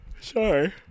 Sorry